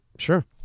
sure